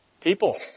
people